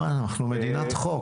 אנחנו מדינת חוק.